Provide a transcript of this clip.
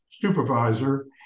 supervisor